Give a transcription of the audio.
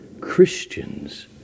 Christians